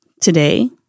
today